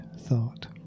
thought